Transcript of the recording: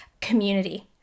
community